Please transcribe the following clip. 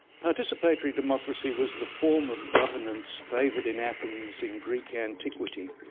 participatory democracy was the form of governance favoured in athens in greek antiquity,